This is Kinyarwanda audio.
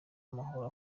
amahoro